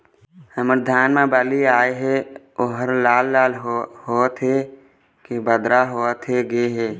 हमर धान मे बाली आए हे ओहर लाल लाल होथे के बदरा होथे गे हे?